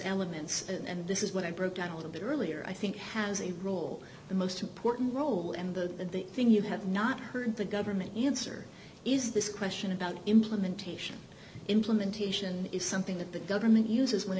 elements and this is what i broke down a little bit earlier i think has a role the most important role and the thing you have not heard the government answer is this question about implementation implementation is something that the government uses w